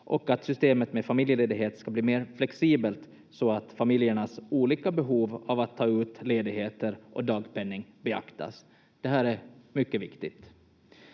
systemet med familjeledighet ska bli mer flexibelt så att familjernas olika behov av att ta ut ledigheter och dagpenning beaktas. Det här är mycket viktigt.